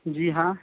जी हाँ